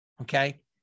Okay